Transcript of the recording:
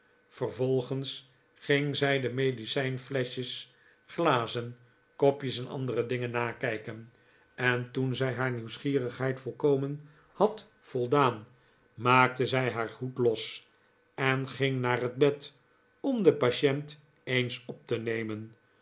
vervolgens ging zij de medicijnfleschjes glazen kopjes en andere dingen nakijken en toen zij haar nieuwsgierigheid volkomen had voldaan maakte zij haar hoed los en ging naar het bed om den patient eens op te nemen